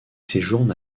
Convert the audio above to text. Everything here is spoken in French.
séjourne